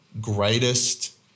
greatest